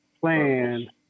plan